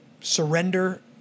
surrender